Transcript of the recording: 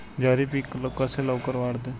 ज्वारी पीक कसे लवकर वाढते?